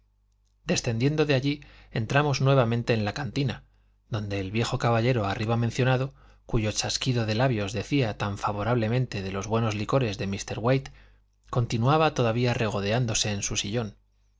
descendiendo de allí entramos nuevamente en la cantina donde el viejo caballero arriba mencionado cuyo chasquido de labios decía tan favorablemente de los buenos licores de mr waite continuaba todavía regodeándose en su sillón